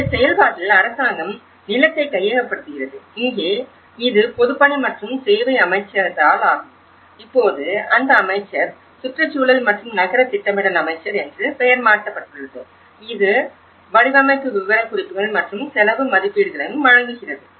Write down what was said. இந்த செயல்பாட்டில் அரசாங்கம் நிலத்தை கையகப்படுத்துகிறது இங்கே இது பொதுப்பணி மற்றும் சேவை அமைச்சகத்தாலாகும் இப்போது அதன் அமைச்சர் சுற்றுச்சூழல் மற்றும் நகர திட்டமிடல் அமைச்சர் என்று பெயர் மாற்றப்பட்டுள்ளது இது வடிவமைப்பு விவரக்குறிப்புகள் மற்றும் செலவு மதிப்பீடுகளையும் வழங்குகிறது